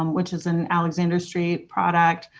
um which is an alexander street product